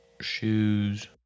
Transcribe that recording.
Shoes